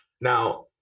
Now